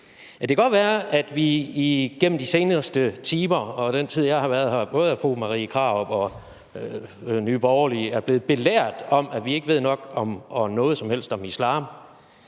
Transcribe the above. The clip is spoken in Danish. det kan godt være, at vi igennem de seneste timer og i den tid, jeg har været i salen, af både fru Marie Krarup og Nye Borgerlige er blevet belært om, at vi ikke ved noget som helst om islam,